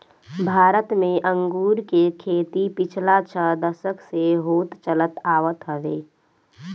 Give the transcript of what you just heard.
भारत में अंगूर के खेती पिछला छह दशक से होत चलत आवत हवे